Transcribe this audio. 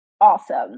awesome